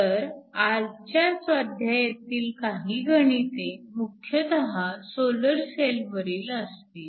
तर आजच्या स्वाध्यायातील काही गणिते मुख्यतः सोलर सेल वरील असतील